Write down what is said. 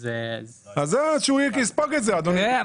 זהו, שהוא יספוג את זה, אדוני.